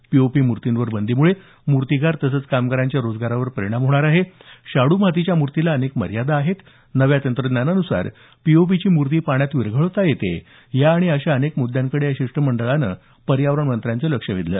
POP मूर्तींवर बंदीमुळे मूर्तींकार तसंच कामगारांच्या रोजगारावर परिणाम होणार आहे शाडू मातीच्या मूर्तीला अनेक मर्यादा आहेत नव्या तंत्रज्ञानानुसार पीओपीची मूर्ती पाण्यात विरघळवता येते या आणि अशा अनेक मुद्यांकडे या शिष्टमंडळाने पर्यावरण मंत्र्यांचं लक्ष वेधलं